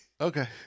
Okay